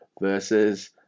versus